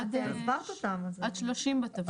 עד 30 בטבלה.